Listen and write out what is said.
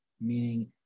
meaning